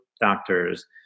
doctors